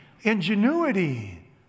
ingenuity